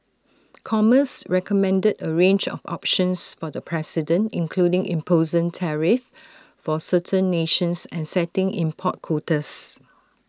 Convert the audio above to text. commerce recommended A range of options for the president including imposing tariffs for certain nations and setting import quotas